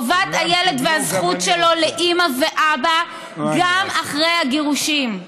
טובת הילד והזכות שלו לאימא ואבא גם אחרי הגירושים.